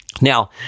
Now